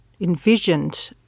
envisioned